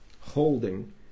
holding